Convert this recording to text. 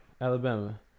Alabama